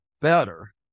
better